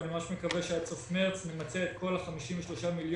ואני ממש מקווה שעד סוף מרץ נמצה את כל 53 מיליון